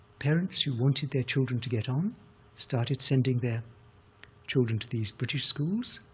parents who wanted their children to get on started sending their children to these british schools,